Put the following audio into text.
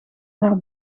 naar